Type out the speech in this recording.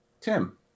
Tim